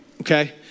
Okay